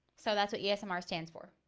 so that's what you sm r stands for.